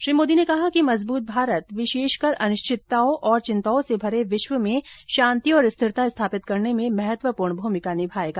श्री मोदी ने कहा कि मजबूत भारत विशेषकर अनिश्चितताओं और चिंताओं से भरे विश्व में शांति और स्थिरता स्थापित करने में महत्वपूर्ण भूमिका निभाएगा